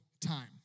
time